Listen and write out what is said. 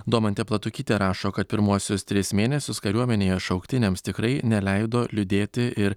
domantė platukytė rašo kad pirmuosius tris mėnesius kariuomenėje šauktiniams tikrai neleido liūdėti ir